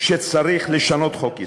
כשצריך לשנות חוק-יסוד.